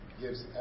gives